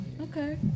Okay